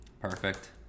Perfect